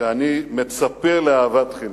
שאני מצפה לאהבת חינם.